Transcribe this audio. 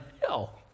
hell